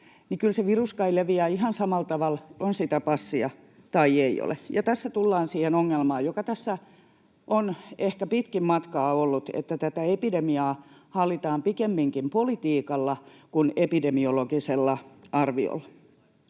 niin kyllä kai se virus leviää ihan samalla tavalla, on sitä passia tai ei ole. Tässä tullaan siihen ongelmaan, joka tässä on ehkä pitkin matkaa ollut, että tätä epidemiaa hallitaan pikemminkin politiikalla kuin epidemiologisella arviolla.